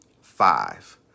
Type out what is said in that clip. Five